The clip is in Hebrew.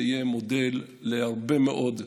זה יהיה מודל להרבה מאוד.